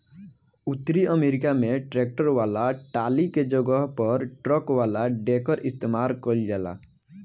उतरी अमेरिका में ट्रैक्टर वाला टाली के जगह पर ट्रक वाला डेकर इस्तेमाल कईल जाला